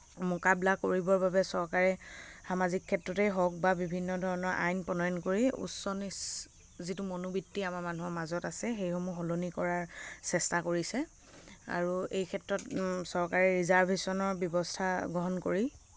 মোকাবলা কৰিবৰ কাৰণে চৰকাৰে সামাজিক ক্ষেত্ৰতেই হওক বা বিভিন্ন ধৰণৰ আইন প্ৰণয়ন কৰি উচ্চ নীচ যিটো মনোবৃত্তি আমাৰ মানুহৰ মাজত আছে সেইসমূহ সলনি কৰাৰ চেষ্টা কৰিছে আৰু এই ক্ষেত্ৰত চৰকাৰে ৰিজাৰ্ভেশ্যণৰ ব্যৱস্থা গ্ৰহণ কৰি